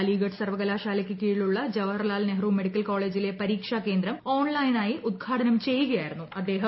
അലിഗഡ് മാറ്റുന്നതായും സർവകലാശാലയ്ക്ക് കീഴിലുള്ള ജവഹർലാൽ നെഹ്റു മെഡിക്കൽ കോളേജിലെ പരീക്ഷാകേന്ദ്രം ഓൺലൈനായി ഉദ്ഘാടനം ചെയ്യുകയായിരുന്നു അദ്ദേഹം